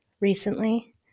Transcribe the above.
recently